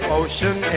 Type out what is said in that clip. ocean